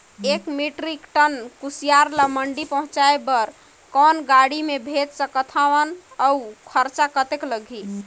एक metric ton कुसियार ल मंडी पहुंचाय बर कौन गाड़ी मे भेज सकत हव अउ खरचा कतेक लगही?